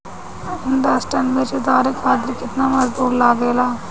दस टन मिर्च उतारे खातीर केतना मजदुर लागेला?